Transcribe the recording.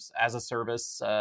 as-a-service